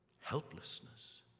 Helplessness